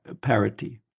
parity